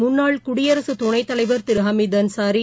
முன்னாள் குடியரசுதுணைத்தலைவர் திருஹமீதுஅன்சாரி